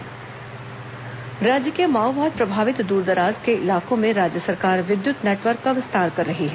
विद्युत उप केंद्र राज्य के माओवाद प्रभावित दूरदराज के इलाकों में राज्य सरकार विद्युत नेटवर्क का विस्तार कर रही है